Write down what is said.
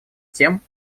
тем